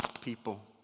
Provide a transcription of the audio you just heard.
people